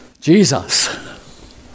Jesus